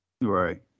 Right